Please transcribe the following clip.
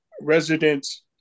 residents